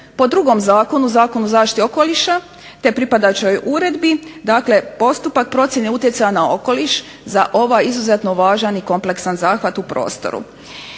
po drugom zakonu, Zakonu o zaštiti okoliša, te pripadajućoj uredbi, dakle postupak procjene utjecaja na okoliš za ovaj izuzetno važan i kompleksan zahvat u prostoru.